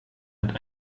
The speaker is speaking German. hat